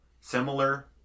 Similar